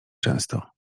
często